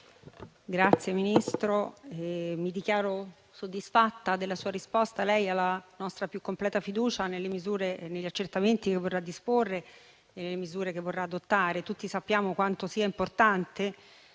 signor Ministro, mi dichiaro soddisfatta della sua risposta. Lei ha la nostra più completa fiducia nelle misure e negli accertamenti che vorrà disporre e le misure che vorrà adottare. Tutti sappiamo quanto sia importante